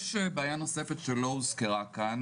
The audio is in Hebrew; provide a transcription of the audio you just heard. יש בעיה נוספת שלא הוזכרה כאן.